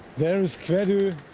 there is kvaddo,